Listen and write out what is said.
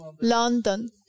London